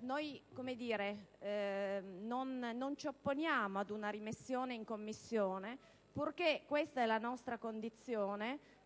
noi - come dire - non ci opponiamo ad una rimessione in Commissione purché - questa è la nostra condizione